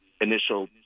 initial